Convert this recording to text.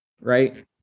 right